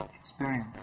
experience